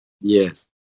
Yes